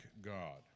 God